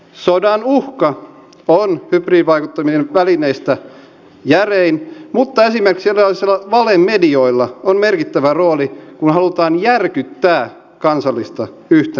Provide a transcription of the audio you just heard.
sodan uhka on hybridivaikuttamisen välineistä järein mutta esimerkiksi erilaisilla valemedioilla on merkittävä rooli kun halutaan järkyttää kansallista yhtenäisyyttä